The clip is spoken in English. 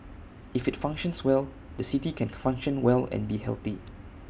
if IT functions well the city can function well and be healthy